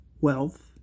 Wealth